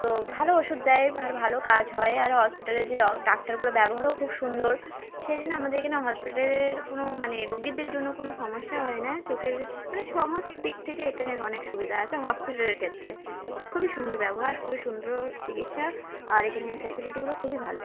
তো ভালো ওষুধ দেয় ভালো ভালো কাজ হয় আর হসপিটালের যে ডাক্তারগুলো ব্যবহারও খুব সুন্দর সেই জন্য আমাদের এখানে হসপিটালের কোনও মানে রোগীদের জন্য কোনও সমস্যা হয় না চোখের মানে সমস্ত দিক থেকে এখানের অনেক সুবিধা আছে হসপিটালের ক্ষেত্রে খুবই সুন্দর ব্যবহার খুবই সুন্দর চিকিৎসা আর এখানে ফেসিলিটিগুলো খুবই ভালো